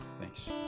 Thanks